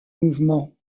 mouvement